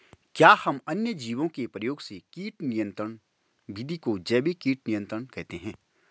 क्या हम अन्य जीवों के प्रयोग से कीट नियंत्रिण विधि को जैविक कीट नियंत्रण कहते हैं?